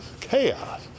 chaos